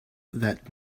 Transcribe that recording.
that